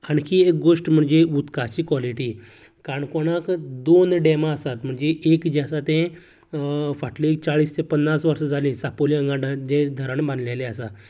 आणखी एक गोश्ट म्हणजे उदकाची क्वोलिटी काणकोणांत दोन डेमां आसात म्हणजे एक जे आसा ते फाटले चाळीस तें पन्नास वर्सा जाली चापोली हांगा एक धरण बांदलेले आसा